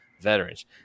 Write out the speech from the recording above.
veterans